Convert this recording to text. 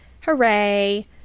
Hooray